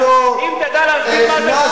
אם תדע להסביר מה זה "דיור בר-השגה",